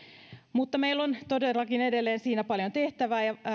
mutta meillä on todellakin tässä paljon tehtävää